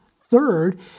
Third